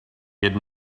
had